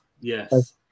yes